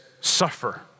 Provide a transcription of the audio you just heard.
suffer